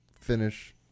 finish